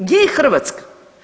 Gdje je Hrvatska?